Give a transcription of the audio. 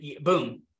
boom